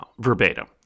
verbatim